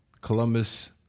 Columbus